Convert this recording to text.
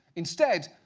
instead,